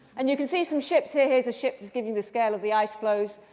and you can see some ships here. here the ship is giving the scale of the ice floes.